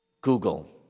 Google